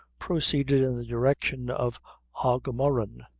proceeded in the direction of aughamurran,